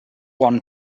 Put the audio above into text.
one